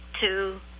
two